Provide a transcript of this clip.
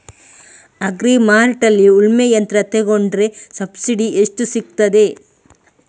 Agri ಮಾರ್ಟ್ನಲ್ಲಿ ಉಳ್ಮೆ ಯಂತ್ರ ತೆಕೊಂಡ್ರೆ ಸಬ್ಸಿಡಿ ಎಷ್ಟು ಸಿಕ್ತಾದೆ?